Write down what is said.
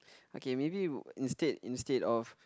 okay maybe instead instead of